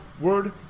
word